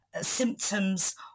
symptoms